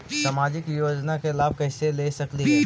सामाजिक योजना के लाभ कैसे ले सकली हे?